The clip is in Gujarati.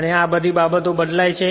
અને આ બધી બાબતો બદલાય છે